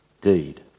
deed